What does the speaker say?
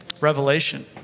Revelation